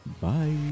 Bye